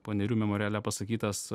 panerių memoriale pasakytas